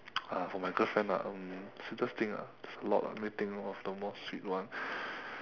uh for my girlfriend ah um sweetest things ah there's a lot lah let me think of the more sweet one